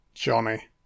Johnny